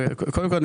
קודם כל,